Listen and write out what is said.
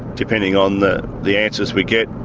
depending on the the answers we get,